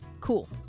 Cool